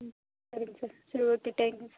ம் சரிங்க சார் சரி ஓகே டேங்க் யூ சார்